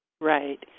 Right